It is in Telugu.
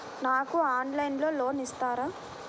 నాకు ఆన్లైన్లో లోన్ ఇస్తారా?